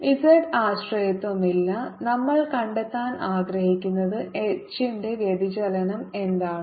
Z ആശ്രയത്വമില്ല നമ്മൾ കണ്ടെത്താൻ ആഗ്രഹിക്കുന്നത് H ന്റെ വ്യതിചലനം എന്താണ്